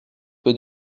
peu